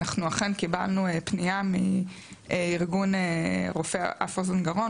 אנחנו אכן קיבלנו פנייה מארגון רופאי אף אוזן גרון,